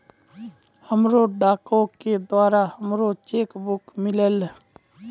हमरा डाको के द्वारा हमरो चेक बुक मिललै